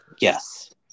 Yes